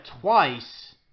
twice